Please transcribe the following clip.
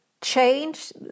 change